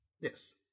Yes